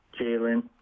Jalen